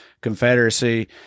Confederacy